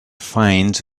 finds